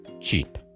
Cheap